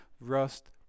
rust